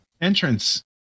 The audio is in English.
entrance